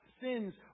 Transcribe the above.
sins